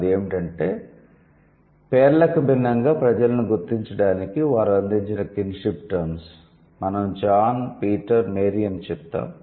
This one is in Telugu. అది ఏమిటంటే పేర్లకు భిన్నంగా ప్రజలను గుర్తించడానికి వారు అందించిన కిన్షిప్ టర్మ్స్ మనం జాన్ పీటర్ మేరీ అని చెప్తాము